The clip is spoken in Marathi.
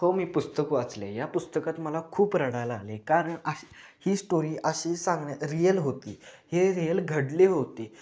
हो मी पुस्तक वाचले आहे या पुस्तकात मला खूप रडायला आले कारण आशी ही स्टोरी अशी सांगण्यात रियल होती हे रियल घडले होती